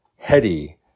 heady